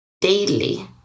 daily